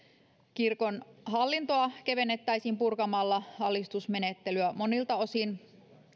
kirkon hallintoa kevennettäisiin purkamalla alistusmenettelyä monilta osin